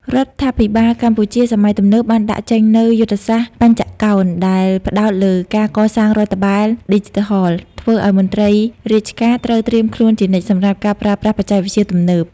រដ្ឋាភិបាលកម្ពុជាសម័យទំនើបបានដាក់ចេញនូវយុទ្ធសាស្ត្របញ្ចកោណ ដែលផ្ដោតលើការកសាងរដ្ឋបាលឌីជីថល ធ្វើឱ្យមន្ត្រីរាជការត្រូវត្រៀមខ្លួនជានិច្ចសម្រាប់ការប្រើប្រាស់បច្ចេកវិទ្យាទំនើប។